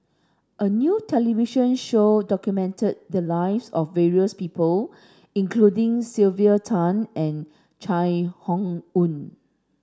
a new television show documented the lives of various people including Sylvia Tan and Chai Hon Yoong